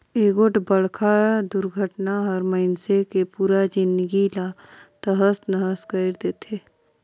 एगोठ बड़खा दुरघटना हर मइनसे के पुरा जिनगी ला तहस नहस कइर देथे